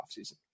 offseason